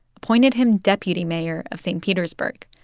appointed him deputy mayor of st. petersburg.